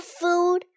food